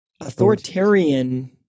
Authoritarian